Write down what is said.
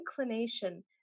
inclination